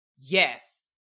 Yes